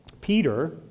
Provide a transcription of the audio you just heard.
Peter